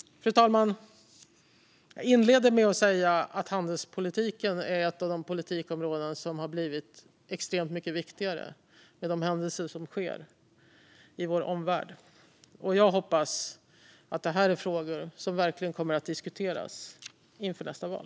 Fru talman! Jag inledde med att säga att handelspolitiken är ett av de politikområden som har blivit extremt mycket viktigare genom de händelser som sker i vår omvärld. Och jag hoppas att detta är frågor som verkligen kommer att diskuteras inför nästa val.